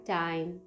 time